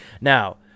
Now